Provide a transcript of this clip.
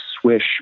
swish